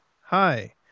Hi